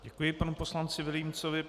Děkuji panu poslanci Vilímcovi.